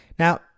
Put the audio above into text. Now